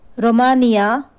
Romania